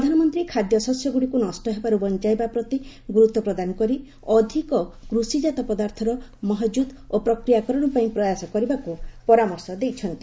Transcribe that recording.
ପ୍ରଧାନମନ୍ତ୍ରୀ ଖାଦ୍ୟଶସ୍ୟଗୁଡ଼ିକୁ ନଷ୍ଟ ହେବାରୁ ବଞ୍ଚାଇବା ପ୍ରତି ଗୁରୁତ୍ୱ ପ୍ରଦାନ କରି ଅଧିକ କୃଷିକାତ ପଦାର୍ଥର ମହକୁତ ଓ ପ୍ରକ୍ରିୟାକରଣ ପାଇଁ ପ୍ରୟାସ କରିବାକୁ ପରାମର୍ଶ ଦେଇଛନ୍ତି